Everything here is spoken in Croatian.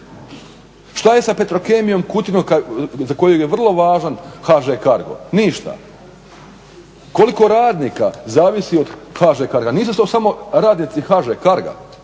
Što je sa Petrokemijom Kutina za koju je vrlo važan HŽ cargo? Ništa. Koliko radnika zavisi od HŽ carga? Nisu to samo radnici HŽ carga